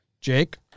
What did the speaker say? Jake